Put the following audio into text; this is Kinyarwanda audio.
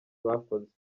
bakoze